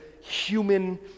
human